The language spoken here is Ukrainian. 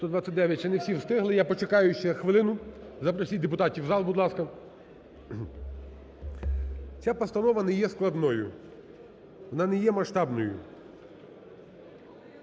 За-129 Ще не всі встигли. Я почекаю ще хвилину. Запросіть депутатів в зал, будь ласка. Ця постанова не є складною, вона не є масштабною,